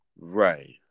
Right